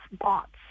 bots